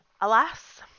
Alas